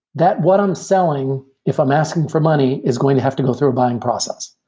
that what i'm selling, if i'm asking for money, is going to have to go through a buying process.